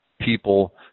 people